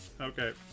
Okay